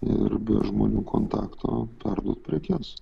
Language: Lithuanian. ir be žmonių kontakto perduot prekes